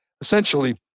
essentially